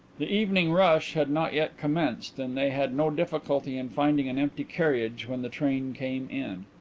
the evening rush had not yet commenced and they had no difficulty in finding an empty carriage when the train came in.